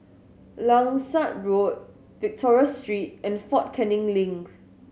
Langsat Road Victoria Street and Fort Canning Link